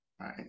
right